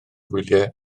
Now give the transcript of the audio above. gwyliau